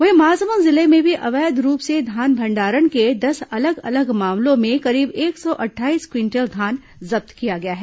वहीं महासमुंद जिले में भी अवैध रूप से धान भंडारण के दस अलग अलग मामलों में करीब एक सौ अट्ठाईस क्विंटल धान जब्त किया गया है